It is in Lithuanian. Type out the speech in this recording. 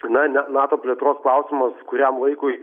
na ne nato plėtros klausimas kuriam laikui